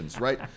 right